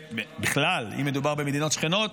ובכלל, אם מדובר במדינות שכנות,